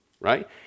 right